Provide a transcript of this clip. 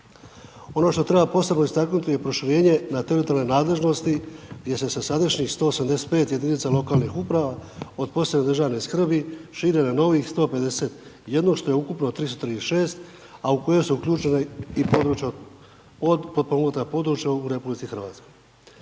Ono što treba posebno istaknuti je proširenje na teritorijalnoj nadležnosti, gdje sa sadašnjih 185 jedinice lokalne samouprave, od posebne državne skrbi, šire na novih 151 što je ukupno 336, a u koje su uključeno …/Govornik se ne razumije./… od potpomognuta područja u RH. Valja